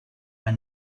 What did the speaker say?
may